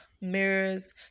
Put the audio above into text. mirrors